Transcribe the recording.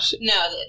No